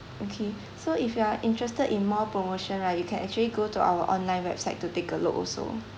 okay so if you are interested in more promotion right you can actually go to our online website to take a look also